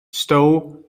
stow